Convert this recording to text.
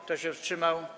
Kto się wstrzymał?